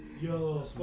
Yo